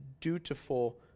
dutiful